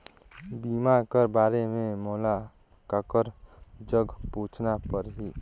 बीमा कर बारे मे मोला ककर जग पूछना परही?